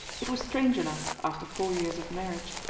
it was strange enough, after four years of marriage,